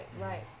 right